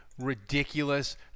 ridiculous